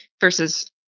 versus